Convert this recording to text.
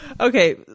okay